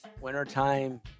wintertime